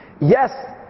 Yes